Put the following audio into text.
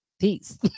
Peace